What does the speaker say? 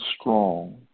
strong